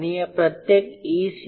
आणि या प्रत्येक E